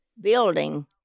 building